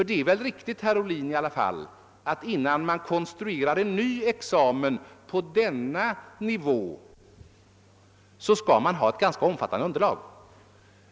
Det är väl riktigt, herr Ohlin, att innan man konstruerar en examen på denna nivå skall man ha ett ganska omfattande underlag.